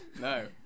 No